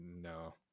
no